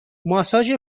ماساژ